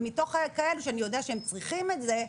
ומתוך כאלו שאני יודע שהם צריכים את זה,